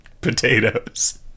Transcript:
potatoes